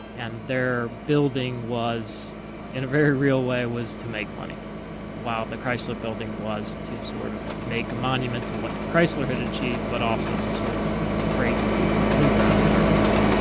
and their building was in a very real way was to make money while the chrysler building was to sort of make monument to what chrysler had achieved but also to sort of break new ground in architecture.